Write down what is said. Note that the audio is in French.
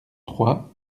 trois